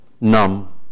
numb